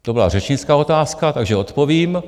To byla řečnická otázka, takže odpovím.